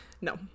No